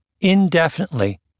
indefinitely